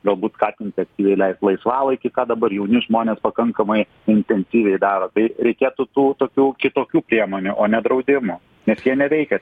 galbūt skatinti aktyviai leist laisvalaikį ką dabar jauni žmonės pakankamai intensyviai daro tai reikėtų tų tokių kitokių priemonių o ne draudimų nes jie neveikia